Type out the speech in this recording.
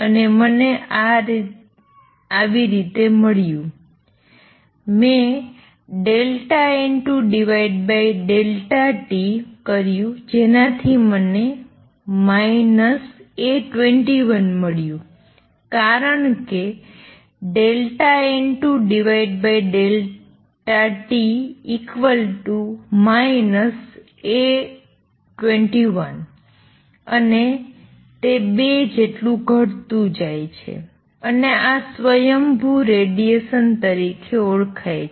અને મને આ આવી રીતે મળ્યું મે N2Δt કર્યું જેનાથી મને A21 મળ્યું કારણ કે N2t A21 અને તે ૨ જેટલું ઘટતું જાય છે અને આ સ્વયંભૂ રેડિએશન તરીકે ઓળખાય છે